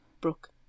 Brooke